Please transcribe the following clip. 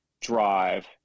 drive